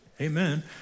Amen